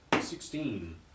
Sixteen